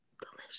Delicious